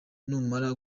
numara